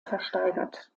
versteigert